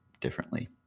differently